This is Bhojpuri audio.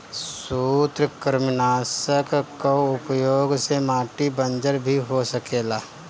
सूत्रकृमिनाशक कअ उपयोग से माटी बंजर भी हो सकेला